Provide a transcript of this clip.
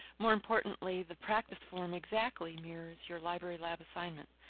more importantly, the practice form exactly mirrors your library lab assignment.